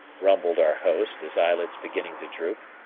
rumbled our host, his eyelids beginning to droop.